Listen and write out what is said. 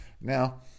Now